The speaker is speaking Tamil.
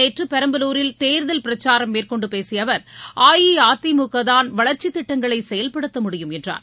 நேற்று பெரம்பலூரில் தேர்தல் பிரச்சாரம் மேற்கொண்டு பேசிய அவர் அஇஅதிமுக தான் வளர்ச்சித் திட்டங்களை செயல்படுத்த முடியும் என்றார்